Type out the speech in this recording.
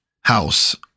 house